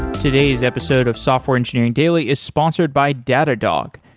today's episode of software engineering daily is sponsored by datadog,